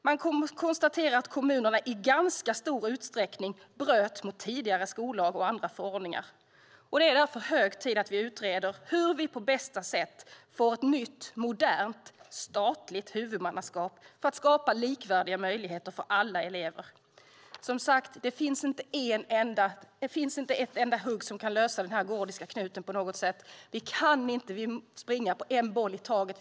Man konstaterar att kommunerna i ganska stor utsträckning bröt mot tidigare skollag och andra förordningar. Det är därför hög tid att vi utreder hur vi på bästa sätt får ett nytt, modernt och statligt huvudmannaskap för att skapa likvärdiga möjligheter för alla elever. Som sagt finns det inte ett enda hugg som kan lösa denna gordiska knut. Vi kan inte springa på en boll i taget.